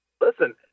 listen –